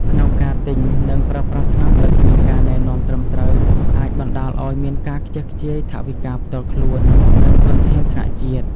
ក្នុងការទិញ និងប្រើប្រាស់ថ្នាំដោយគ្មានការណែនាំត្រឹមត្រូវ អាចបណ្ដាលឱ្យមានការខ្ជះខ្ជាយថវិកាផ្ទាល់ខ្លួន និងធនធានថ្នាក់ជាតិ។